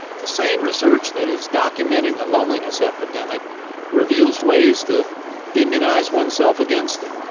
the same research that is documenting the loneliness epidemic reveals ways to immunize oneself against it.